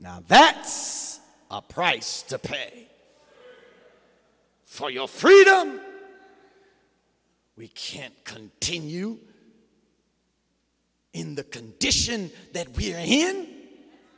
now that's a price to pay for your freedom we can't continue in the condition that we are